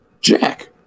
Jack